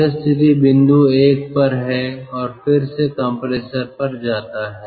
यह स्थिति बिंदु एक पर है और फिर से कंप्रेसर पर जाता है